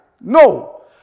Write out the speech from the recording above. No